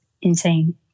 insane